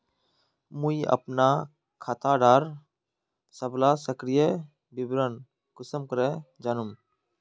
मुई अपना खाता डार सबला सक्रिय विवरण कुंसम करे जानुम?